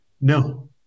No